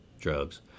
drugs